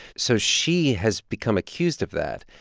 so she has become accused of that.